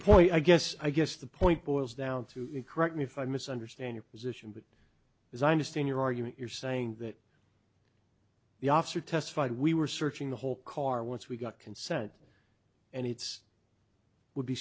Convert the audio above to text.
point i guess i guess the point boils down to it correct me if i misunderstand your position but as i understand your argument you're saying that the officer testified we were searching the whole car once we got consent and it's it would be